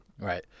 Right